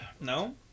No